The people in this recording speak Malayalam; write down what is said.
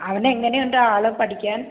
അവൻ എങ്ങനെയുണ്ട് ആള് പഠിക്കാൻ